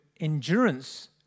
endurance